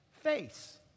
face